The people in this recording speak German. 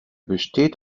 besteht